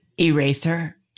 eraser